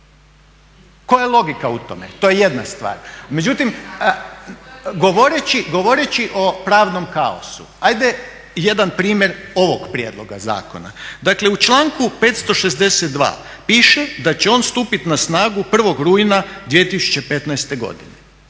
Koja je logika u tome? To je jedna stvar. Međutim, govoreći o pravnom kaosu, hajde jedan primjer ovog prijedloga zakona. Dakle u članku 562. piše da će on stupit na snagu 1. rujna 2015. godine.